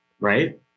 right